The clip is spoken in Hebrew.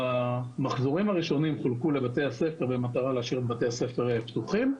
המחזורים הראשונים חולקו לבתי הספר במטרה להשאיר אותם פתוחים.